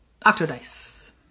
Octodice